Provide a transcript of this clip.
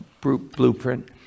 blueprint